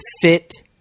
fit